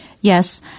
yes